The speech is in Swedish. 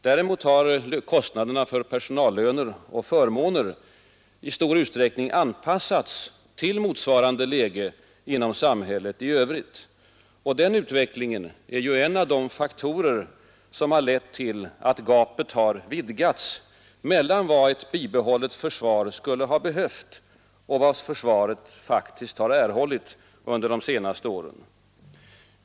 Däremot har kostnaderna för personallöner och förmåner i stor utsträckning anpassats til motsvarande läge inom samhället i övrigt, och den utvecklingen är ju en av de faktorer som har lett till att gapet har vidgats mellan vad ett bibehållet försvar skulle ha behövt och vad försvaret faktiskt har erhållit under de senaste åren.